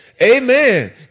Amen